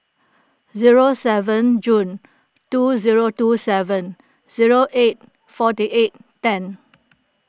zero seven June two zero two seven zero eight forty eight ten